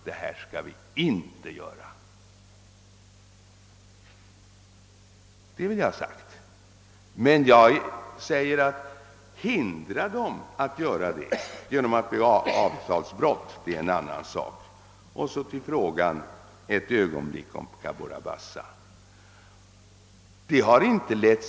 Men att hindra företaget att göra det och bryta mot internationella avtal är en annan sak. Så ett ögonblick till frågan om Cabora Bassa.